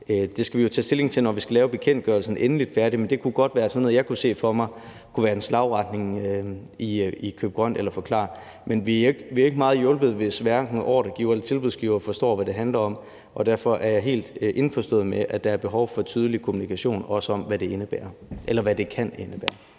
Det skal vi jo tage stilling til, når vi skal lave bekendtgørelsen endeligt færdigt, men det kunne godt være sådan noget, jeg kunne se for mig kunne være en slagretning inden for køb grønt, eller forklar. Men vi er jo ikke meget hjulpet, hvis hverken ordregiver eller tilbudsgiver forstår, hvad det handler om, og derfor er jeg også helt indforstået med, at der er behov for en tydelig kommunikation om, hvad det kan indebære.